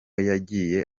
yagiye